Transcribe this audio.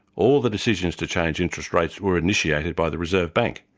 all the decisions to change interest rates were initiated by the reserve bank,